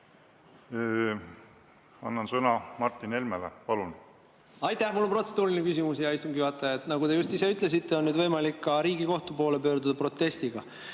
annan sõna Martin Helmele. Palun! Aitäh! Mul on protseduuriline küsimus, hea istungi juhataja. Nagu te just ise ütlesite, on nüüd võimalik ka Riigikohtu poole pöörduda protestiga.